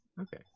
Okay